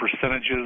percentages